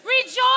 Rejoice